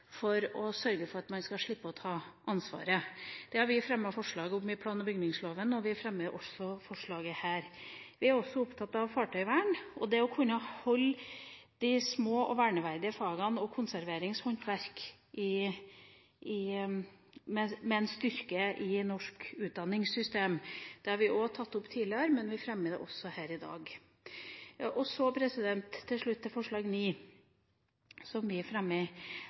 for å sørge for at man skal slippe å ta ansvaret. Det har vi fremmet forslag om i forbindelse med plan- og bygningsloven, og vi fremmer også forslaget her. Vi er også opptatt av fartøyvern, og det å kunne styrke de små og verneverdige fagene og konserveringshåndverk i norsk utdanningssystem. Det har vi tatt opp forslag om tidligere, men vi fremmer det også her i dag. Så til slutt til forslag nr. 9, som vi fremmer.